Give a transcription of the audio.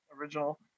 original